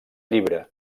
llibre